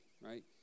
right